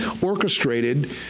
orchestrated